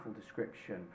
description